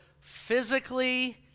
physically